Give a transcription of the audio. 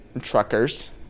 truckers